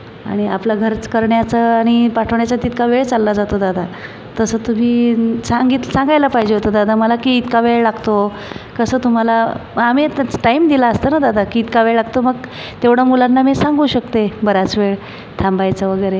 आणि आपलं घरच करण्याचं आणि पाठवण्याचं तितका वेळ चालला जातो दादा तसं तुम्ही सांगित सांगायला पाहिजे होतं दादा मला की इतका वेळ लागतो कसं तुम्हाला मग आम्ही टाईम दिला असता ना दादा की इतका वेळ लागतो मग तेवढं मुलांना मी सांगू शकते बराच वेळ थांबायचं वगैरे